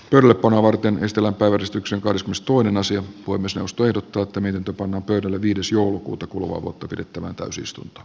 turku nuorten estellä päivystyksen kosmos tuoden asia voi myös joustojen tuottaminen tupo pöydälle viides joulukuuta kuluvaa kuuta pidettävään täysistunto